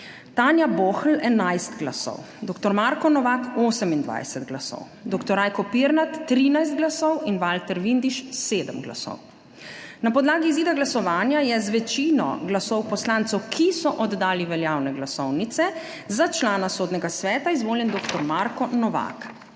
Marko Novak 28 glasov, dr. Rajko Pirnat 13 glasov, Tanja Bohl 11 glasov, Valter Vindiš 7 glasov.) Na podlagi izida glasovanja je z večino glasov poslancev, ki so oddali veljavne glasovnice, za člana Sodnega sveta izvoljen dr. Marko Novak.